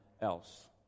else